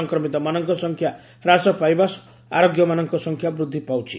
ସଂକ୍ମିତମାନଙ୍କ ସଂଖ୍ୟା ହାସ ପାଇବା ସହ ଆରୋଗ୍ୟମାନଙ୍କ ସଂଖ୍ୟା ବୃଦ୍ଧି ପାଉଛି